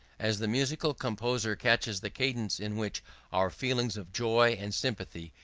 as the musical composer catches the cadences in which our feelings of joy and sympathy,